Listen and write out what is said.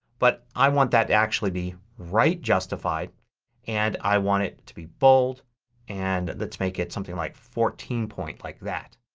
but i want that to actually be right justified and i want it to be bold and let's make it something like fourteen point, like that.